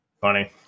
Funny